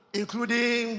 including